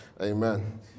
Amen